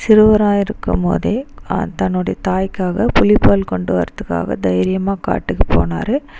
சிறுவராக இருக்கும் போதே தன்னுடைய தாய்க்காக புலிப்பால் கொண்டு வரதுக்காக தைரியமாக காட்டுக்கு போனார்